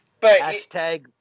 Hashtag